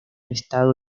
estado